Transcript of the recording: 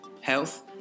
health